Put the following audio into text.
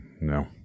No